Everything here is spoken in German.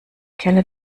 kenne